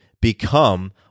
become